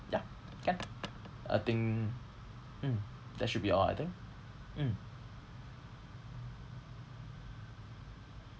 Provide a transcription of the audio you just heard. ya can I think mm that should be all I think mm